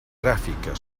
gràfica